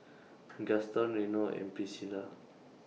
Gaston Reno and Priscilla